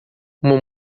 uma